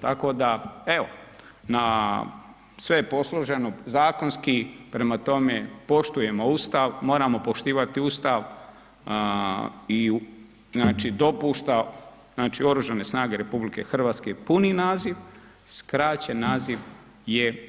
Tako da, evo na, sve je posloženo zakonski prema tome poštujemo Ustav, moramo poštivati Ustav i znači dopušta, znači Oružane snage RH puni naziv, skraćeni naziv je